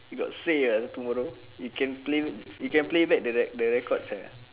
you got say ah tomorrow you can play you can play back the the records uh